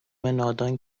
نادان